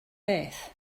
beth